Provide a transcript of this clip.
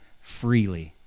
freely